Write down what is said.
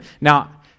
Now